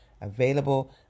available